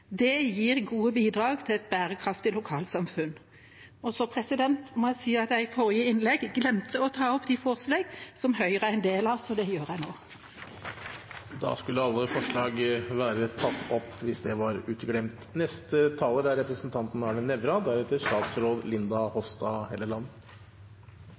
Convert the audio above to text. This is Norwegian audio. Det gir gode bidrag til et bærekraftig lokalsamfunn. Så må jeg si at jeg i forrige innlegg glemte å ta opp de forslag som Høyre er en del av – så det gjør jeg nå. Da har representanten Norunn Tveiten Benestad tatt opp